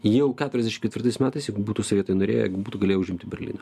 jau keturiasdešim ketvirtais metais jeigu būtų sovietai norėję būtų galėję užimti berlyną